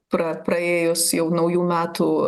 pra praėjus jau naujų metų